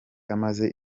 amaze